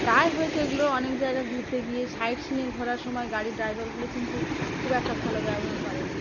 প্রায় হয়েছে এগুলো অনেক জায়গায় ঘুরতে গিয়ে সাইট সিনের ঘোরার সময় গাড়ির ড্রাইভারগুলো কিন্তু খুব একটা ভালো ব্যবহার করেনি